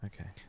Okay